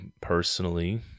personally